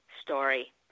story